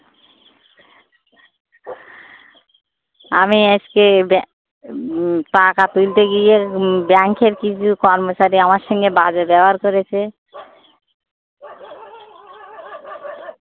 আমি আজকে ব্যা টাকা তুলতে গিয়ে ব্যাংকের কিছু কর্মচারী আমার সঙ্গে বাজে ব্যবহার করেছে